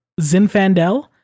Zinfandel